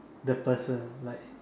the person like